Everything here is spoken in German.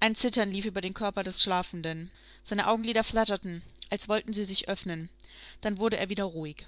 ein zittern lief über den körper des schlafenden seine augenlider flatterten als wollten sie sich öffnen dann wurde er wieder ruhig